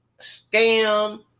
scam